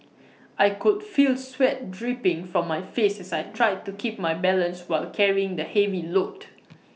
I could feel sweat dripping from my face as I tried to keep my balance while carrying the heavy load